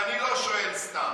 ואני לא שואל סתם.